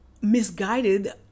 misguided